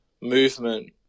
movement